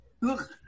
Look